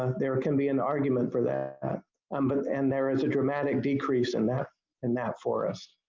ah there can be an argument for that um but and there is a dramatic decrease in that and that forest.